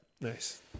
Nice